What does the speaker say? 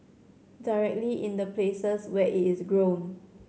directly in the places where it is grown